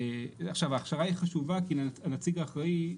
ההכשרה היא חשובה כי הנציג האחראי,